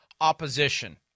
opposition